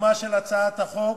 לקידומה של הצעת החוק,